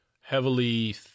heavily